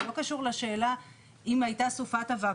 זה לא קשור לשאלה אם הייתה סופת אבק